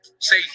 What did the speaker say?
say